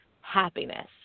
happiness